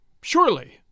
Surely